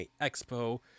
Expo